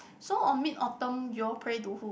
so on Mid Autumn you all pray to who